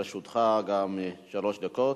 גם לרשותך שלוש דקות.